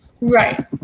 right